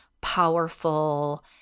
powerful